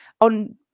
On